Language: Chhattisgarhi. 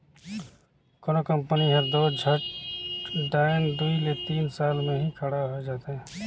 कोनो कंपनी हर दो झट दाएन दुई ले तीन साल में ही खड़ा होए जाथे